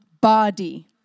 body